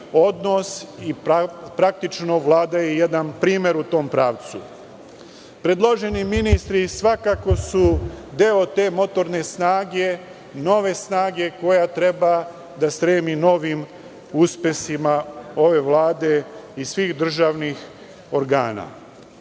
Praktično, Vlada je jedan primer u tom pravcu. Predloženi ministri svakako su deo te motorne snage, nove snage koja treba da stremi novim uspesima ove vlade i svih državnih organa. Ovom